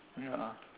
ya